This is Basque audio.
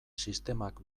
sistemak